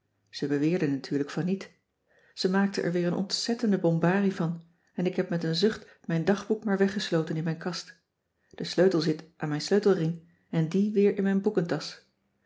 ze beweerde natuurlijk van niet ze maakte er weer een ontzettende bombarie van en ik heb met een zucht mijn dagboek maar weggesloten in mijn kast de sleutel zit aan mijn sleutelring en die weer in mijn boekentasch